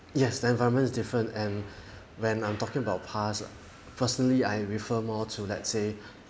yes the environment is different and when I'm talking about past personally I refer more to let's say